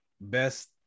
best